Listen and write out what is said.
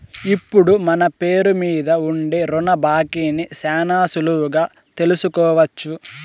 ఇప్పుడు మన పేరు మీద ఉండే రుణ బాకీని శానా సులువుగా తెలుసుకోవచ్చు